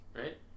right